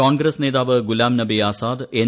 കോൺഗ്രസ് നേതാവ് ഗുലാം നബി ആസാദ് എൻ